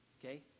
Okay